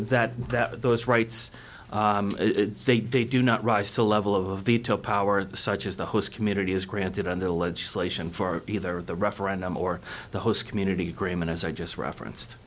that that those rights they do not rise to the level of a veto power such as the host community is granted under legislation for either the referendum or the host community agreement as i just reference